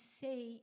say